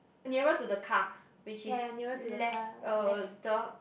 nearer to the car which is left uh the